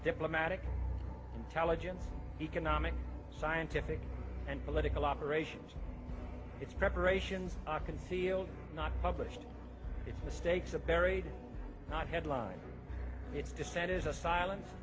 diplomatic intelligence economic scientific and political operations its preparations are concealed not published its mistakes are buried not headline its descent is a silen